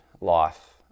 life